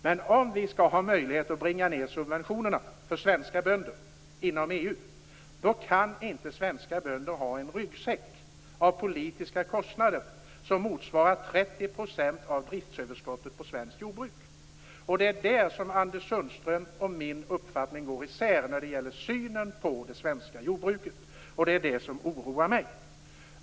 Men om vi skall ha möjlighet att bringa ned subventionerna för svenska bönder inom EU kan inte svenska bönder ha en ryggsäck av politiska kostnader som motsvarar 30 % av driftöverskottet på svenskt jordbruk. Där går Anders Sundströms och min uppfattning isär när det gäller synen på det svenska jordbruket. Det oroar mig.